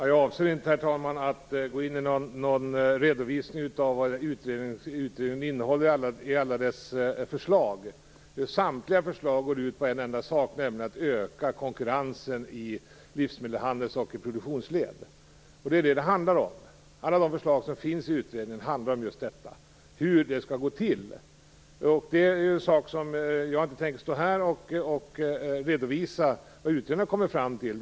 Herr talman! Jag avser inte att gå in på en redovisning av vad utredningen innehåller sett till alla dess förslag. Samtliga förslag går ut på en enda sak: att öka konkurrensen inom livsmedelshandeln och i produktionsledet. Alla förslagen i utredningen handlar just om hur detta skall gå till. Jag tänker inte här redovisa vad utredarna kommer fram till.